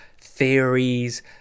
theories